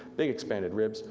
big expanded ribs.